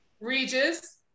Regis